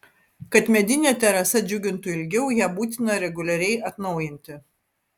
kad medinė terasa džiugintų ilgiau ją būtina reguliariai atnaujinti